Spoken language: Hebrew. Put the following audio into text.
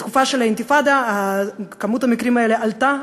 בתקופה של האינתיפאדה כמות המקרים האלה עלתה.